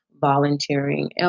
volunteering